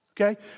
okay